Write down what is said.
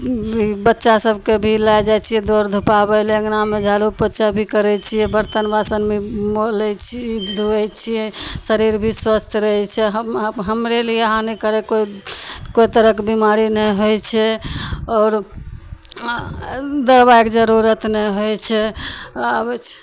बच्चा सभकेँ भी लै जाए छिए दौड़ धुपाबैले अँगनामे झाड़ू पोछा भी करै छिए बरतन बासन भी मलै छी धोइ छिए शरीर भी स्वस्थ रहै छै हमरे लिए अहाँ नहि करै कोइ कोइ तरहके बेमारी नहि होइ छै आओर दवाइके जरुरत नहि होइ छै आबै छै